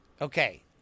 okay